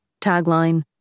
tagline